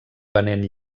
venent